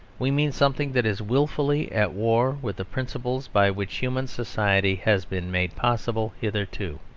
we mean something that is wilfully at war with the principles by which human society has been made possible hitherto.